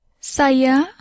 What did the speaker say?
saya